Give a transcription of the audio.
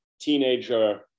teenager